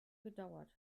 gedauert